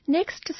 Next